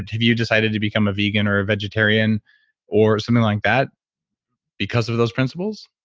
and have you decided to become a vegan or a vegetarian or something like that because of those principles?